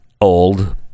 old